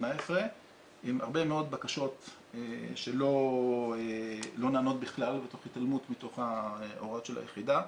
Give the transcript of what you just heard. עם הרבה מאוד בקשות שלא נענות בכלל ותוך התעלמות מההוראות של היחידה.